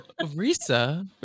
Risa